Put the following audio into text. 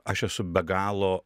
aš esu be galo